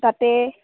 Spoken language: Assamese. তাতে